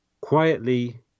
Quietly